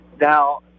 now